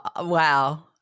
wow